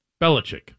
Belichick